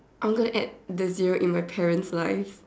I'm going to add the zero in my parents life